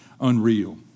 unreal